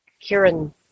Kieran